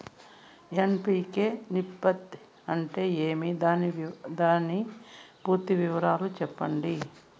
NPK నిష్పత్తి అంటే ఏమి దాని పూర్తి వివరాలు సెప్పండి?